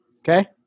Okay